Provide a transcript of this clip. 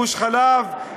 גוש-חלב,